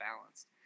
balanced